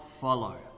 follow